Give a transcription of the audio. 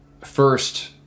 first